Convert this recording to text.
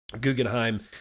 Guggenheim